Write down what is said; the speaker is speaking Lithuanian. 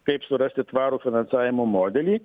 kaip surasti tvarų finansavimo modelį